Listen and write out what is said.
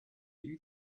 you